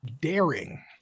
daring